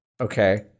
Okay